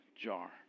jar